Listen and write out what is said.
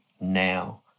now